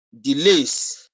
delays